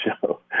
show